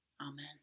Amen